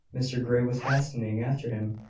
mr grey was hastening after him,